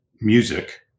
music